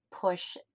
push